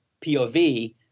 pov